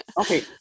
Okay